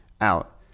out